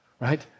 right